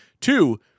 Two